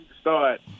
start –